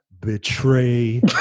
betray